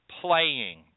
playing